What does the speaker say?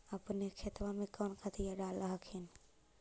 अपने खेतबा मे कौन खदिया डाल हखिन?